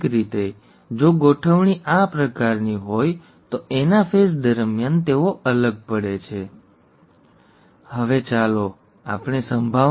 તેથી તમે જાણો છો કે આઠમાંથી એક ચતુર્થાંશ ભાગ એ મૂડી R મૂડી Y છે એક ચતુર્થાંશ એ સ્મોલ r સ્મોલ y છે એક ચતુર્થાંશ એ સ્મોલ r કેપિટલ Y છે અને એક ચતુર્થાંશ ભાગ એ મૂડી R સ્મોલ y છે